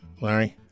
larry